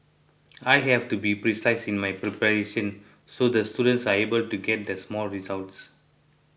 I have to be precise in my preparation so the students are able to get the small results